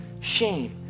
shame